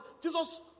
Jesus